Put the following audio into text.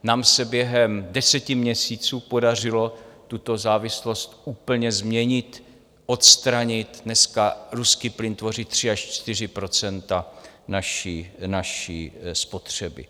Nám se během deseti měsíců podařilo tuto závislost úplně změnit, odstranit dneska ruský plyn tvoří 3 až 4 % naší spotřeby.